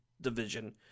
division